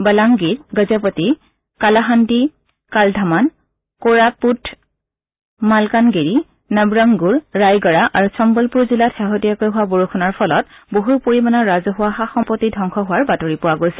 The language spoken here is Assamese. বলাংগিৰ গজপতি কালাহান্দি কালধামান কোৰাপুত মালকানগিৰি নবৰংগুৰ ৰায়গড়া আৰু চম্বলপুৰ জিলাত শেহতীয়াকৈ হোৱা বৰষুণৰ ফলত বহু পৰিমাণৰ ৰাজহুৱা সা সম্পত্তি ধংস হোৱাৰ বাতৰি পোৱা গৈছে